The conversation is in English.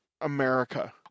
America